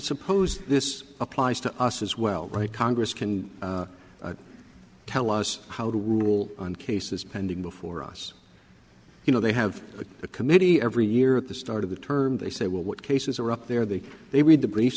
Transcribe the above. suppose this applies to us as well right congress can tell us how to rule on cases pending before us you know they have a committee every year at the start of the term they say well what cases are up there they they read the br